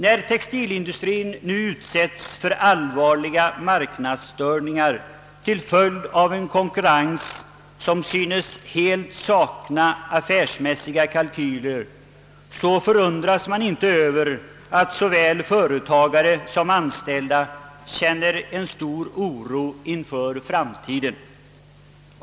När textilindustrien nu utsättes för allvarliga marknadsstörningar till följd av en konkurrens som helt synes sakna affärsmässiga kalkyler, förundras man inte över att såväl företagare som anställda känner stor oro inför framtiden.